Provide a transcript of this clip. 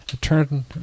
turn